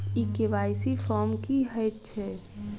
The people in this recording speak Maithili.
ई के.वाई.सी फॉर्म की हएत छै?